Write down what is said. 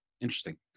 Interesting